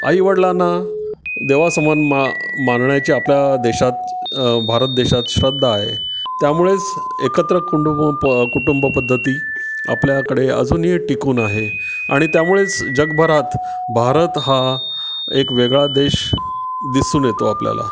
आईवडिलांना देवासमान मा मानण्याची आपल्या देशात भारत देशात श्रद्धा आहे त्यामुळेच एकत्र कुंडुब कुटुंबपद्धती आपल्याकडे अजूनही टिकून आहे आणि त्यामुळेच जगभरात भारत हा एक वेगळा देश दिसून येतो आपल्याला